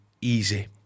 easy